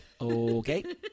Okay